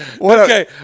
Okay